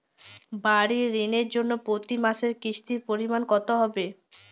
বাড়ীর ঋণের জন্য প্রতি মাসের কিস্তির পরিমাণ কত হবে?